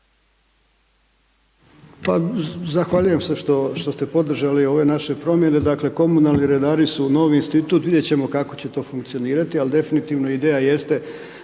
Pa zahvaljujem se što ste podržali ove naše promjene, dakle komunalni redari su novi institut, vidjet ćemo kako će to funkcionirati ali definitivno ideja jeste